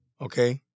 Okay